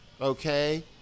okay